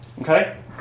Okay